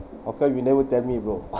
how come you never tell me bro